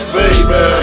baby